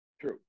true